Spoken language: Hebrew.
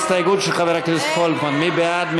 הסתייגות של חבר הכנסת רועי פולקמן, מי בעד?